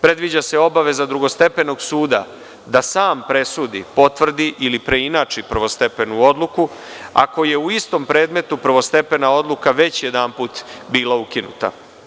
Predviđa se obaveza drugostepenog suda da sam presudi, potvrdi ili preinači prvostepenu odluku, ako je u istom predmetu prvostepena odluka već jedanput bila ukinuta.